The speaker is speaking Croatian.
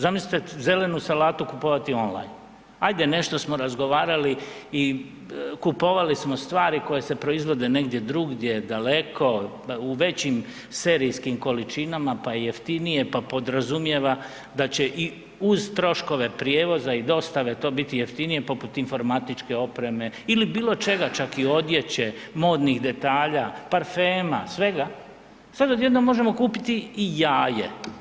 Zamislite zelenu salatu kupovati online, ajde nešto smo razgovarali i kupovali smo stvari koje se proizvode negdje drugdje, daleko u većim serijskim količinama pa je jeftinije, pa podrazumijeva da će i uz troškove prijevoza i dostave to biti jeftinije poput informatičke opreme ili bilo čega, čak i odjeće, modnih detalja, parfema svega, sad odjednom možemo kupiti i jaje.